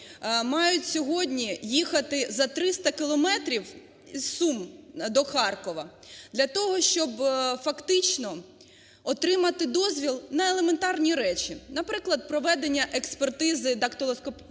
мають сьогодні їхати за 300 кілометрів із Сум до Харкова для того, щоб фактично отримати дозвіл на елементарні речі, наприклад, проведення експертизи дактилоскопічної,